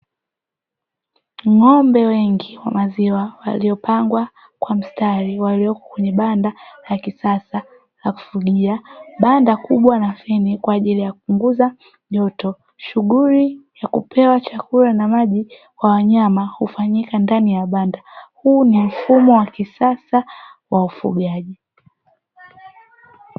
Ng’ombe wengi wa maziwa waliopangwa kwa mstari waliopo kwenye banda la kisasa la kufugia, banda kubwa la feni kwa ajili ya kupunguza joto. Shughuli ya kupewa chakula na maji hufanyika kwenye banda. Huu ni mfumo wa kisasa wa ufugaji.